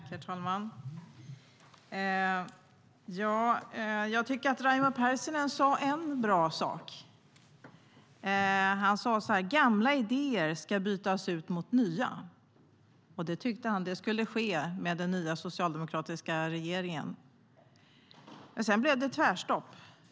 Herr talman! Jag tyckte att Raimo Pärssinen sa en bra sak. Han sade att gamla idéer ska bytas ut mot nya. Det tyckte han skulle ske med den nya socialdemokratiska regeringen. Men sedan blev det tvärstopp.